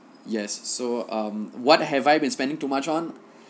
yes so um what have I been spending too much on